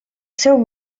seu